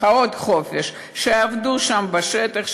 שיעבדו שם בשטח,